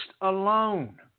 alone